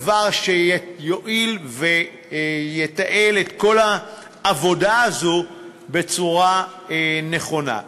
דבר שיועיל ויתעל את כל העבודה הזאת בצורה נכונה.